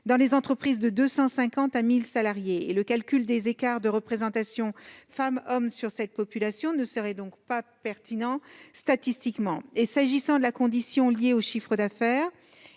dans les entreprises de 250 à 1 000 salariés. Le calcul des écarts de représentation femmes-hommes dans cette population ne serait donc pas pertinent statistiquement. Pour ce qui concerne la condition liée au chiffre d'affaires,